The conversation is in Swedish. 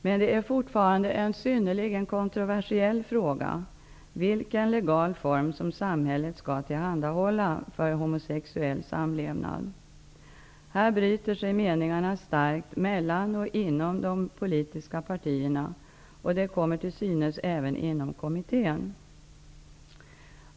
Men det är fortfarande en synnerligen kontroversiell fråga vilken legal form som samhället skall tillhandahålla för homosexuell samlevnad. Här bryter sig meningarna starkt mellan och inom de politiska partierna och detta kommer till synes även inom kommittén.